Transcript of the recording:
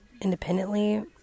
independently